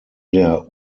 der